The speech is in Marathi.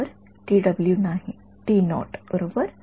तर नाही बरोबर